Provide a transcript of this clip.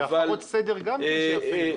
בהפרות סדר גם שיפעילו.